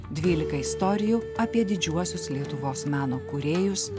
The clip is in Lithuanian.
dvylika istorijų apie didžiuosius lietuvos meno kūrėjus